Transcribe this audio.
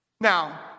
Now